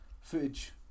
footage